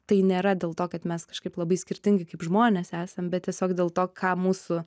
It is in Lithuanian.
tai nėra dėl to kad mes kažkaip labai skirtingi kaip žmonės esam bet tiesiog dėl to ką mūsų